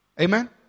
Amen